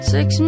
Six